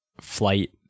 flight